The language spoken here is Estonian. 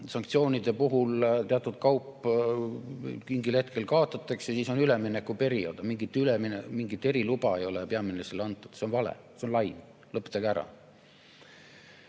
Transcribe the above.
Sanktsioonide puhul teatud kaup mingil hetkel kaotatakse ja siis on üleminekuperiood, aga mingit eriluba ei ole peaministrile antud. See on vale, see on laim. Lõpetage ära!